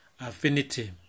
affinity